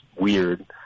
weird